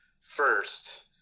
first